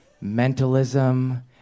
mentalism